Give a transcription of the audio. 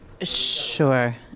Sure